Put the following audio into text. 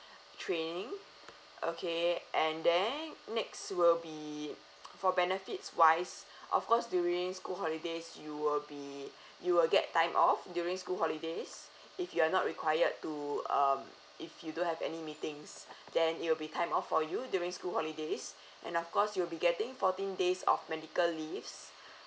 training okay and then next will be for benefits wise of course during school holidays you will be you will get time off during school holidays if you're not required to um if you don't have any meetings then it will be time off for you during school holidays and of course you will be getting fourteen days of medical leaves